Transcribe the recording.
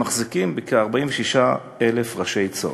המחזיקים בכ-46,000 ראשי צאן.